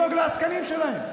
לעסקנים שלהם.